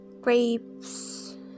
grapes